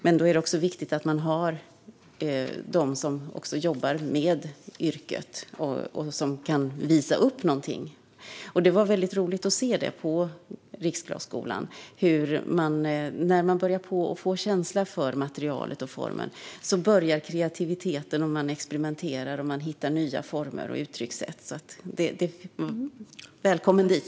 Men då är det också viktigt att det finns de som jobbar med yrket och kan visa upp det. Det är roligt att se hur kreativiteten hos eleverna på Riksglasskolan väcks när de börjar få känsla för material och form och hur de då experimenterar och hittar nya former och uttryckssätt. Så välkommen dit!